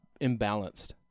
imbalanced